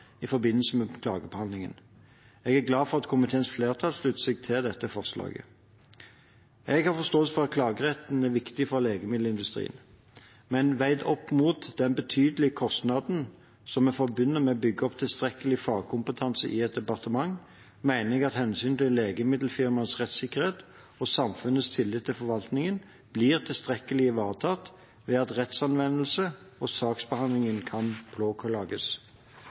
i forbindelse med klagebehandlingen. Jeg er glad for at komiteens flertall slutter seg til dette forslaget. Jeg har forståelse for at klageretten er viktig for legemiddelindustrien, men veid opp mot den betydelige kostnaden som er forbundet med å bygge opp tilstrekkelig fagkompetanse i et departement, mener jeg at hensynet til legemiddelfirmaets rettssikkerhet og samfunnets tillit til forvaltningen blir tilstrekkelig ivaretatt ved at rettsanvendelse og saksbehandling kan